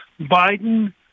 Biden